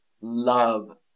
love